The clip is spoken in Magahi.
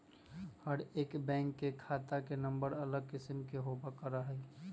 हर एक बैंक के खाता के नम्बर अलग किस्म के होबल करा हई